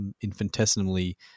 infinitesimally